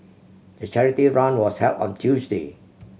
the charity run was held on Tuesday